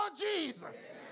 Jesus